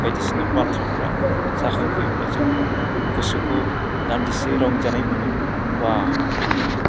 बायदिसिना बाथ्राफोरा जाखांफैयोब्ला जों गोसोखौ दान्दिसे रंजानाय मोनो वाह होननानै